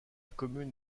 commune